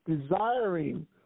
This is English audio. desiring